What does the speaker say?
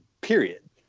period